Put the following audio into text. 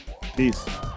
peace